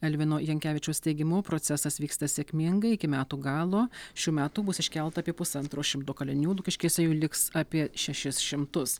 elvino jankevičiaus teigimu procesas vyksta sėkmingai iki metų galo šių metų bus iškelta apie pusantro šimto kalinių lukiškėse jų liks apie šešis šimtus